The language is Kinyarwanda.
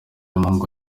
umuhungu